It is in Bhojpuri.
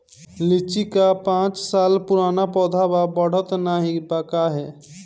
लीची क पांच साल पुराना पौधा बा बढ़त नाहीं बा काहे?